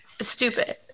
stupid